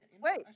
wait